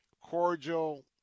cordial